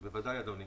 בוודאי, אדוני.